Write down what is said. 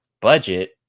budget